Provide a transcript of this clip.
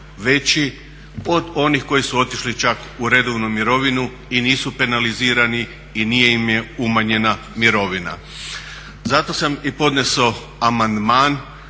veći od onih koji su otišli čak u redovnu mirovinu i nisu penalizirani i nije im umanjena mirovina. Zato sam i podnio amandman